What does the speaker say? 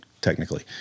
technically